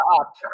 up